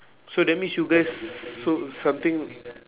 so that mean you guys so something